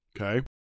Okay